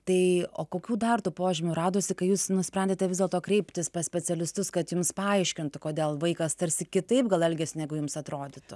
tai o kokių dar tų požymių radosi kai jūs nusprendėte vis dėlto kreiptis pas specialistus kad jums paaiškintų kodėl vaikas tarsi kitaip gal elgiasi negu jums atrodytų